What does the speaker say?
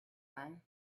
son